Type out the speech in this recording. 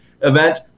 event